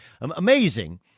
amazing